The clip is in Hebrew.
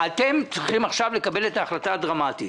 אתם צריכים עכשיו לקבל את ההחלטה הדרמטית.